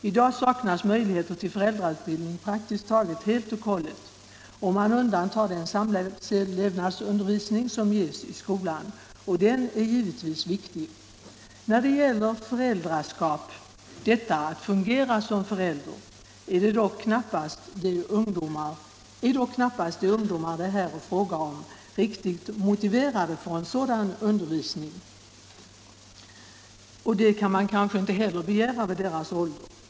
I dag saknas möjligheter till föräldrautbildning praktiskt taget helt och hållet, om man undantar den samlevnadsundervisning som ges i skolan. Den är givetvis viktig, men de ungdomar det här är fråga om är knappast riktigt motiverade för en undervisning om föräldraskap, om detta att fungera som förälder. Det kan man kanske inte heller begära vid deras ålder.